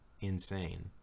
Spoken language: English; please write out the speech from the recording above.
insane